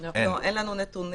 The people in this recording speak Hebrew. לא, אין לנו נתונים.